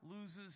loses